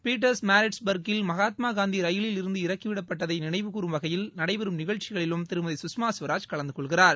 பீட்டர்மாரிட்ஸ்பர்க்கில் மகாத்மா காந்தி ரயிலில் இருந்து இறக்கிவிடப்பட்ட நினைவுகூறும் வகையில் நடைபெறும் நிகழ்ச்சிகளிலும் திருமதி சுஷ்மா ஸ்வராஜ் கலந்து கொள்கிறார்